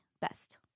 best